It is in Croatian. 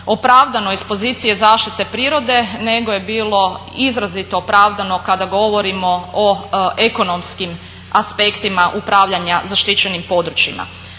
opravdano iz pozicije zaštite prirode nego je bilo izrazito opravdano kada govorimo o ekonomskim aspektima upravljanja zaštićenim područjima.